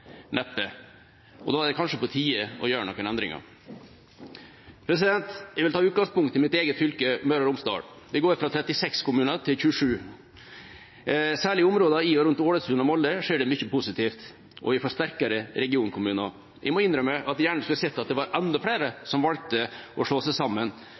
og da er det kanskje på tide å gjøre noen endringer. Jeg vil ta utgangspunkt i mitt eget fylke, Møre og Romsdal. Det går fra 36 kommuner til 27. Særlig i områdene i og rundt Ålesund og Molde skjer det mye positivt, og vi får sterkere regionkommuner. Jeg må innrømme at jeg gjerne skulle sett at det var enda flere som valgte å slå seg sammen,